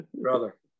brother